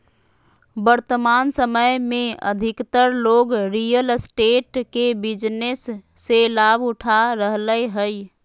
वर्तमान समय में अधिकतर लोग रियल एस्टेट के बिजनेस से लाभ उठा रहलय हइ